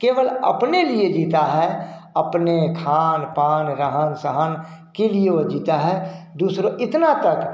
केवल अपने लिए जीता है अपने खान पान रहन सहन के लिए वो जीता है दूसरों इतना तक